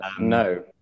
no